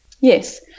Yes